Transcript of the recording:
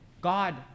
God